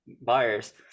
buyers